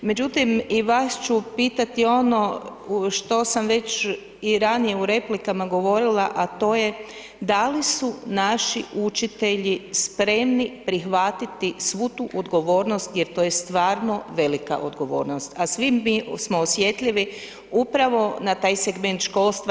Međutim, i vas ću pitati ono što sam već i ranije u replikama govorila, a to je da li su naši učitelji spremni prihvatiti svu tu odgovornost, jer to je stvarno velika odgovornost, a svi mi smo osjetljivi upravo na taj segment školstva.